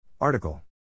Article